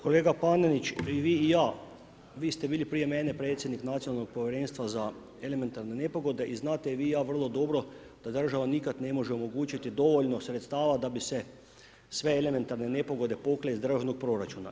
Kolega Panenić i vi i ja, vi ste bili prije mene predsjednik Nacionalnog povjerenstva za elementarne nepogode i znate i vi i ja vrlo dobro da država nikada ne može omogućiti dovoljno sredstava da bi se sve elementarne nepogode pokrile iz državnog proračuna.